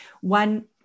one